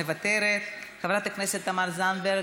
מוותרת, חברת הכנסת תמר זנדברג,